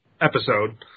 episode